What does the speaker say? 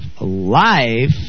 life